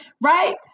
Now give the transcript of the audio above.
right